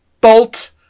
Bolt